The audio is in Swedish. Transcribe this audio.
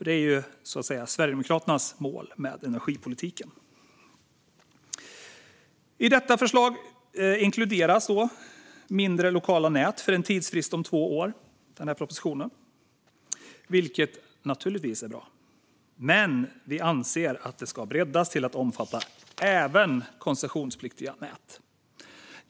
Det är Sverigedemokraternas mål med energipolitiken. I denna proposition inkluderas mindre, lokala nät för en tidsfrist om två år, vilket naturligtvis är bra. Men vi anser att det ska breddas till att omfatta även koncessionspliktiga nät.